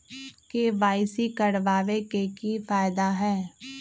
KYC करवाबे के कि फायदा है?